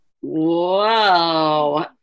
Whoa